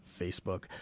Facebook